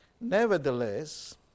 Nevertheless